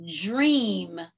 dream